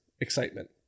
excitement